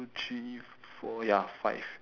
two three four ya five